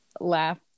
laugh